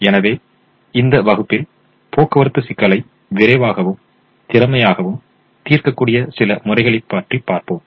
எனவே இந்த வகுப்பில் போக்குவரத்து சிக்கலை விரைவாகவும் திறமையாகவும் தீர்க்கக்கூடிய சில முறைகளைப் பார்த்துள்ளோம்